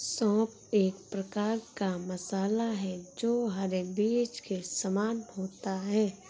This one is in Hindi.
सौंफ एक प्रकार का मसाला है जो हरे बीज के समान होता है